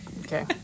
okay